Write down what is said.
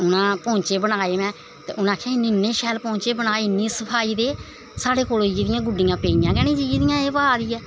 पौंह्चे बनाए में उनें आक्खेआ इन्नें शैल पौंह्चे बनाए इन्नी सफाई दे साढ़े कोला दा एह् जेहियां गुड्डियां पेइयां गै नी जनेहियां एह् पा दी ऐ